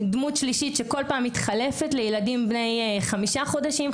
דמות שלישית שכל פעם מתחלפת לילדים בני חמישה חודשים,